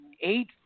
eight